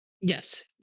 Yes